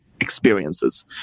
experiences